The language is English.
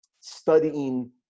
studying